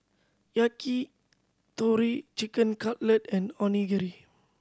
Yakitori Chicken Cutlet and Onigiri